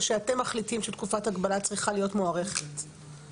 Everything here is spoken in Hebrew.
בארכיון צה"ל ומערכת הביטחון המספר הוא דומה כ-